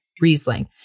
Riesling